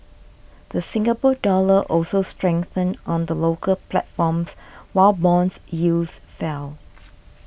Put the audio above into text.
the Singapore Dollar also strengthened on the local platform while bonds yields fell